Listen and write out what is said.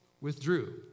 withdrew